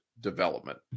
development